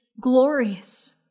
glorious